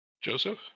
Joseph